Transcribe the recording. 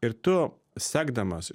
ir tu sekdamas